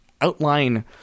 outline